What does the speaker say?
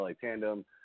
tandem